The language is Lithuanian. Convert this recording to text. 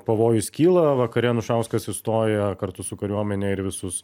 pavojus kyla vakare anušauskas įstoja kartu su kariuomene ir visus